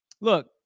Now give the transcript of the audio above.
Look